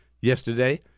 Yesterday